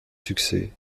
succès